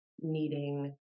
needing